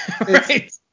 right